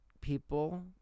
people